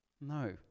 No